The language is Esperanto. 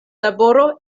laboro